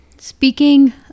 Speaking